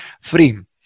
frame